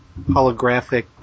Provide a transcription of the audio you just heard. holographic